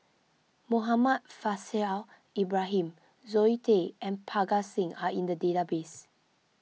Muhammad Faishal Ibrahim Zoe Tay and Parga Singh are in the database